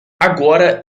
agora